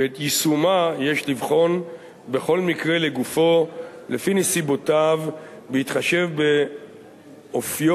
ואת יישומה יש לבחון בכל מקרה לגופו לפי נסיבותיו בהתחשב באופיו,